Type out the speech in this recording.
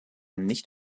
nicht